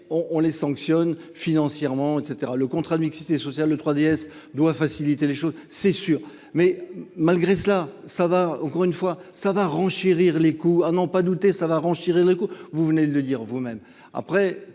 on les sanctionne financièrement et caetera, le contrat de mixité sociale le 3DS doit faciliter les choses, c'est sûr, mais malgré cela, ça va encore une fois ça va renchérir les coûts à non pas douter ça va renchérir le coût. Vous venez de le dire, vous-même